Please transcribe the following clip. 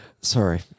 sorry